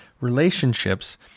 relationships